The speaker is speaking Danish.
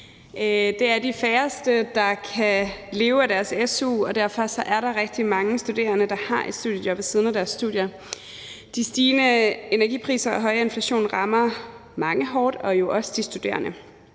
Det er de færreste, der kan leve af deres su, og derfor er der rigtig mange studerende, der har et studiejob ved siden af deres studier. De stigende energipriser og den høje inflation rammer mange hårdt, jo også de studerende,